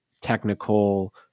technical